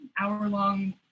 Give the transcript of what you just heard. hour-long